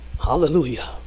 hallelujah